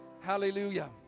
Hallelujah